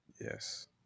Yes